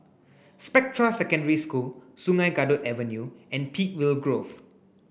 Spectra Secondary School Sungei Kadut Avenue and Peakville Grove